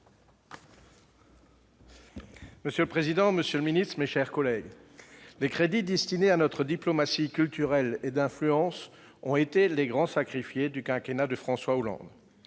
Monsieur le président, monsieur le ministre, mes chers collègues, les crédits destinés à notre diplomatie culturelle et d'influence ont été les grands sacrifiés du quinquennat de François Hollande